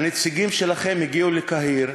הנציגים שלכם הגיעו לקהיר,